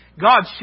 God